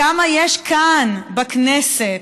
כמה יש כאן בכנסת,